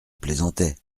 plaisantais